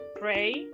pray